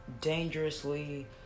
dangerously